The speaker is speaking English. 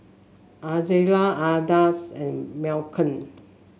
Ozella Ardis and Malcolm